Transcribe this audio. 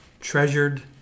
treasured